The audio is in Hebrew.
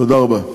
תודה רבה.